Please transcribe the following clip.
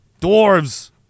Dwarves